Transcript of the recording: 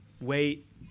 wait